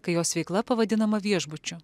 kai jos veikla pavadinama viešbučiu